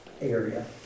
area